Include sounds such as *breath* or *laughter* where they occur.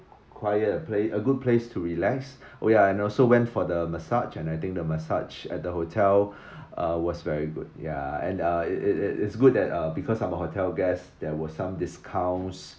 quiet and pla~ a good place to relax oh ya I also went for the massage and I think the massage at the hotel *breath* uh was very good ya and uh it it it's good that uh because I'm a hotel guests there were some discounts